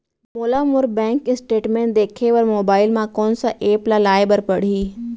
मोला मोर bank statement देखे बर मोबाइल मा कोन सा एप ला लाए बर परही?